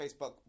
Facebook